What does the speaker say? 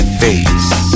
face